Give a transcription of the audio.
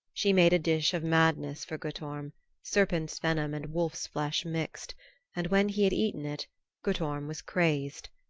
she made a dish of madness for guttorm serpent's venom and wolf's flesh mixed and when he had eaten it guttorm was crazed.